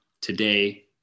today